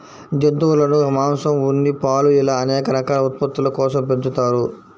జంతువులను మాంసం, ఉన్ని, పాలు ఇలా అనేక రకాల ఉత్పత్తుల కోసం పెంచుతారు